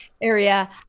Area